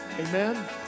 Amen